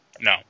No